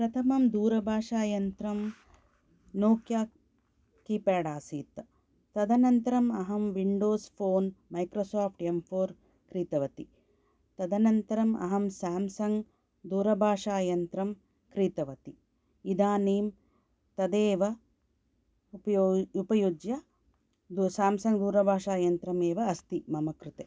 प्रथमं दूरभाषायन्त्रं Nokia keypad आसीत् तदनन्तरम् अहं Windows phone Microsoft M four क्रीतवती तदनन्तरम् अहं साम्सङ्ग् दूरभाषायन्त्रं क्रीतवती इदानीं तदेव उपयुज्य साम्सङ्ग् दूरभाषायन्त्रमेव अस्ति मम कृते